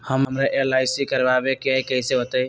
हमरा एल.आई.सी करवावे के हई कैसे होतई?